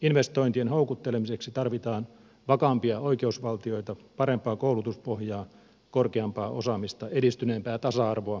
investointien houkuttelemiseksi tarvitaan vakaampia oikeusvaltioita parempaa koulutuspohjaa korkeampaa osaamista edistyneempää tasa arvoa ja demokratiaa